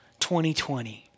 2020